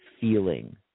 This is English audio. feeling